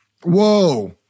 Whoa